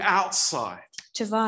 outside